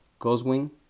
Goswing